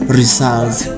results